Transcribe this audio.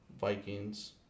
Vikings